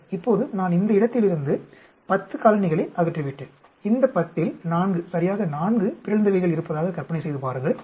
சரி இப்போது நான் இந்த இடத்திலிருந்து 10 காலனிகளை அகற்றிவிட்டேன் இந்த 10 இல் 4 சரியாக 4 பிறழ்ந்தவைகள் இருப்பதாக கற்பனை செய்து பாருங்கள்